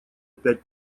пять